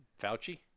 Fauci